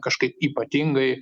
kažkaip ypatingai